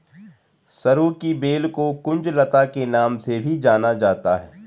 सरू की बेल को कुंज लता के नाम से भी जाना जाता है